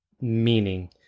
meaning